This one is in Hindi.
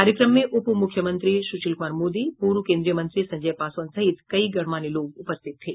कार्यक्रम में उप मुख्यमंत्री सुशील कुमार मोदी पूर्व केन्द्रीय मंत्री संजय पासवान सहित कई गणमान्य लोग उपस्थित थे